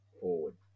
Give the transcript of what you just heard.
forward